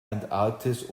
antarktis